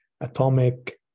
atomic